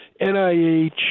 NIH